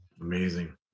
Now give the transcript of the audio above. Amazing